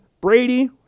Brady